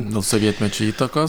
nuo sovietmečio įtakos